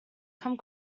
come